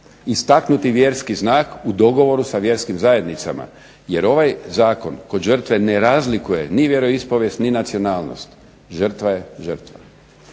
istaknuti vjerski znak u dogovoru sa vjerskim zajednicama. Jer ovaj zakon kod žrtve ne razlikuje ni vjeroispovijest ni nacionalnost. Žrtva je žrtva.